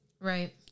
Right